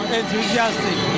enthusiastic